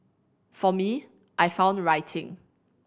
for me I found writing